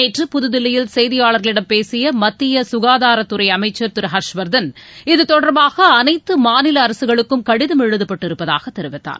நேற்று புதுதில்லியில் செய்தியாளர்களிடம் பேசிய மத்திய சுகாதாரத்துறை அமைச்சர் திரு ஹர்ஷ்வர்தன் இதுதொடர்பாக அனைத்து மாநில அரசுகளுக்கும் கடிதம் எழுதப்பட்டிருப்பதாக தெரிவித்தார்